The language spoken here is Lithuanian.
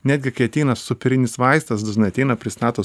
netgi kai ateina superinis vaistas dažnai ateina pristato